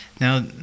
now